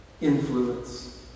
influence